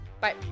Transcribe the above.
Bye